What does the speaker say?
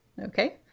Okay